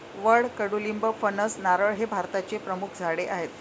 वड, कडुलिंब, फणस, नारळ हे भारताचे प्रमुख झाडे आहे